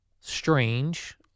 strange